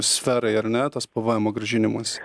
sferai ar ne tas pvemo grąžinimas